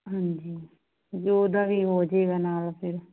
ਹਾਂਜੀ ਵੀ ਉਹਦਾ ਵੀ ਹੋ ਜੇਗਾ ਨਾਲ ਫਿਰ